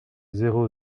zéro